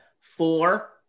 Four